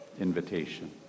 invitation